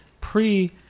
pre